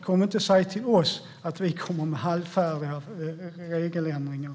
Kom inte och säg till oss att vi kommer med halvfärdiga regeländringar!